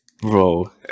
bro